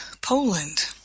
Poland